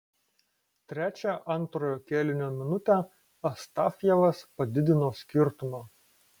trečią antrojo kėlinio minutę astafjevas padidino skirtumą